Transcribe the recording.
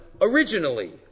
originally